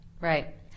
Right